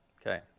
Okay